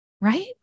Right